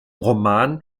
roman